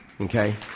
Okay